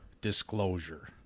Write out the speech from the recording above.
disclosure